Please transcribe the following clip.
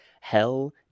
Hell